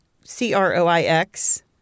C-R-O-I-X